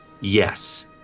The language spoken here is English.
Yes